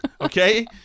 okay